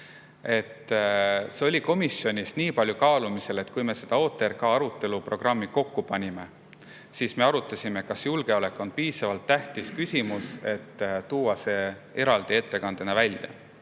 See oli komisjonis kaalumisel nii palju, et kui me selle OTRK arutelu programmi kokku panime, siis me arutasime, kas julgeolek on piisavalt tähtis küsimus, et tuua see eraldi ettekandes välja.